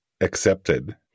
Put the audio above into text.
accepted